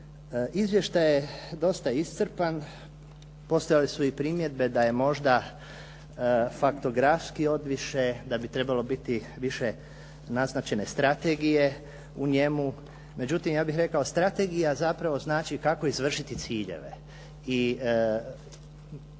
Izvještaj je dosta iscrpan. Postojale su i primjedbe da je možda faktografski odviše, da bi trebalo biti više naznačene strategije u njemu, međutim ja bih rekao strategija zapravo znači kako izvršiti ciljeve